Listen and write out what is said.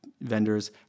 vendors